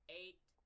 eight